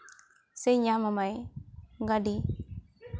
ᱥᱮ ᱧᱟᱢ ᱟᱢᱟᱭ ᱜᱟᱹᱰᱤ